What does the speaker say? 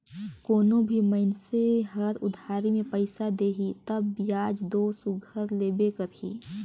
कोनो भी मइनसे हर उधारी में पइसा देही तब बियाज दो सुग्घर लेबे करही